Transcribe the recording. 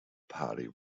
party